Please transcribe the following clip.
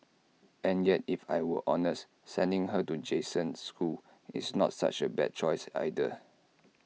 and yet if I were honest sending her to Jason's school is not such A bad choice either